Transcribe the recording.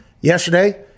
Yesterday